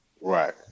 Right